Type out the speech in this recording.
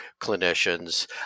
clinicians